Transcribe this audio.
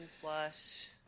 plus